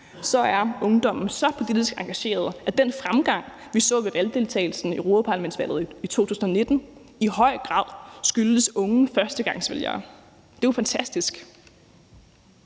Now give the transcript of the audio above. er ungdommen så politisk engageret, at den fremgang, vi så i valgdeltagelsen ved europaparlamentsvalget i 2019, i høj grad skyldtes unge førstegangsvælgere. Det er jo fantastisk.